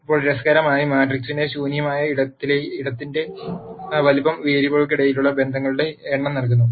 ഇപ്പോൾ രസകരമായി മാട്രിക്സിന്റെ ശൂന്യമായ ഇടത്തിന്റെ വലുപ്പം വേരിയബിളുകൾക്കിടയിലുള്ള ബന്ധങ്ങളുടെ എണ്ണം നൽകുന്നു